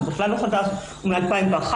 הוא מ-2001,